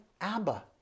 Abba